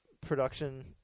production